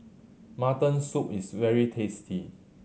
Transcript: mutton soup is very tasty